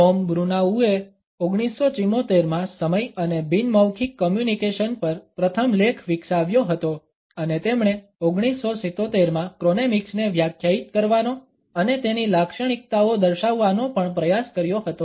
Tom બ્રુનાઉએ 1974 માં સમય અને બિન મૌખિક કોમ્યુનિકેશન પર પ્રથમ લેખ વિકસાવ્યો હતો અને તેમણે 1977 માં ક્રોનેમિક્સને વ્યાખ્યાયિત કરવાનો અને તેની લાક્ષણિકતાઓ દર્શાવવાનો પણ પ્રયાસ કર્યો હતો